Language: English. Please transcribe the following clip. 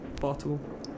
bottle